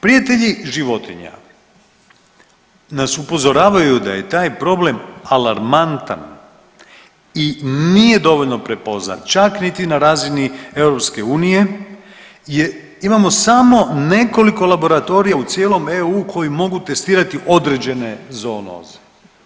Prijatelji životinja nas upozoravaju da je taj problem alarmantan i nije dovoljno prepoznat čak niti na razini EU, jer imamo samo nekoliko laboratorija u cijelom EU koji mogu testirati određene zoonoze.